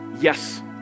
yes